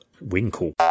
winkle